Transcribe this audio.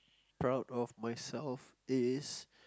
proud of myself is